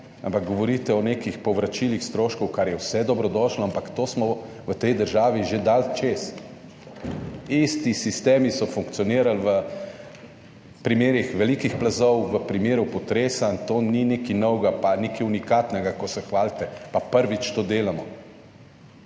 ampak govorite o nekih povračilih stroškov, kar je vse dobrodošlo, ampak to smo v tej državi že dali čez. Isti sistemi so funkcionirali v primerih velikih plazov, v primeru potresa, to ni nekaj novega pa nekaj unikatnega, ko se hvalite pa prvič to delamo.